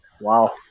wow